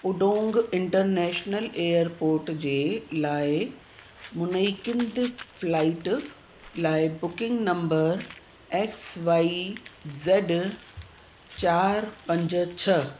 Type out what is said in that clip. Udong international airport जे लाइ मुनेकिंत फ्लाईट लाइ booking number X Y Z चारि पंज छह